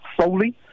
solely